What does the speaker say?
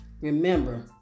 Remember